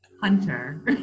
Hunter